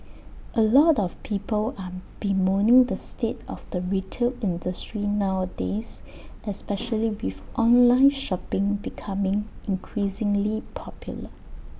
A lot of people are bemoaning the state of the retail industry nowadays especially with online shopping becoming increasingly popular